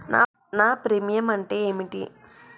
నా ప్రీమియం అంటే ఏమిటి?